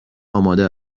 آماده